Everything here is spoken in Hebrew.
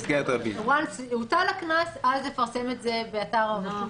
ברגע שהוטל הקנס, אז לפרסם את זה באתר הרשות.